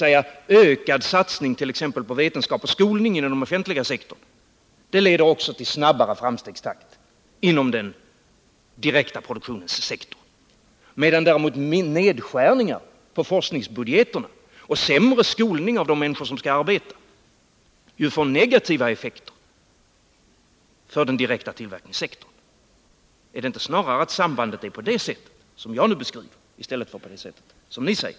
En ökad satsning på vetenskap och skolning inom den offentliga sektorn leder t.ex. också till snabbare framstegstakt inom den direkta produktionens sektor, medan däremot nedskärningar av forskningsbudgetar och sämre skolning av de människor som skall arbeta får negativa effekter för den direkta tillverkningssektorn. Ärdet inte snarare ett samband på det sätt som jag beskrivit i stället för det sätt som ni sagt?